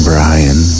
Brian